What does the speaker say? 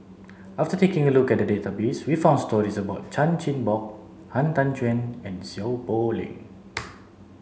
after taking a look at the database we found stories about Chan Chin Bock Han Tan Juan and Seow Poh Leng